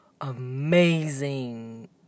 amazing